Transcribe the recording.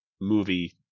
movie